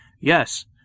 Yes